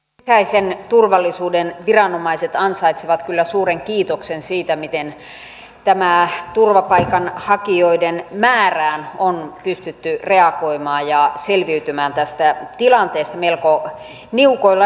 sisäisen turvallisuuden viranomaiset ansaitsevat kyllä suuren kiitoksen siitä miten tähän turvapaikanhakijoiden määrään on pystytty reagoimaan ja selviytymään tästä tilanteesta melko niukoilla resursseilla